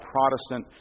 Protestant